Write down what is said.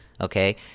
okay